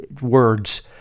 words